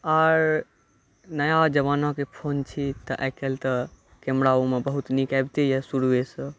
आर नया जवानाके फोन छी तऽ आइकाल्हि तऽ कैमरा ओहूमे बहुत नीक आबिते यऽ शुरूये सँ